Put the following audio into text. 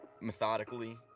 methodically